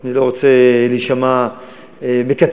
ואני לא רוצה להישמע מקטר,